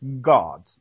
God